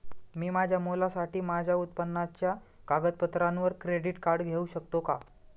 मी माझ्या मुलासाठी माझ्या उत्पन्नाच्या कागदपत्रांवर क्रेडिट कार्ड घेऊ शकतो का?